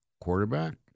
quarterback